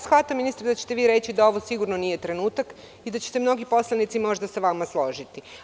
Shvatam ministre, da ćete vi reći da ovo sigurno nije trenutak i da će se mnogi poslanici možda sa vama složiti.